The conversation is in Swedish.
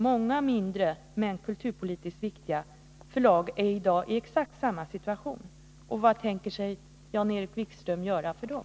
Många mindre, men kulturpolitiskt viktiga förlag är i dag i exakt samma situation. Vad tänker Jan-Erik Wikström göra för dem?